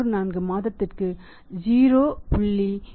34 மாதத்திற்கு 0